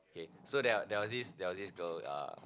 okay so there there was this there was this girl uh